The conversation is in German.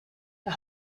der